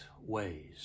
ways